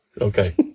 okay